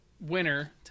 winner